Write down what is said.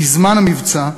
בזמן המבצע,